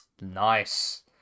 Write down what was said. Nice